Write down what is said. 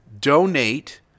donate